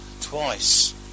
twice